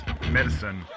medicine